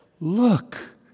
look